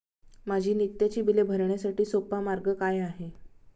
माझी नित्याची बिले भरण्यासाठी सोपा मार्ग काय आहे?